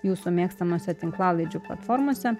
jūsų mėgstamose tinklalaidžių platformose